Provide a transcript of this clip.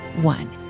One